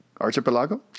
Archipelago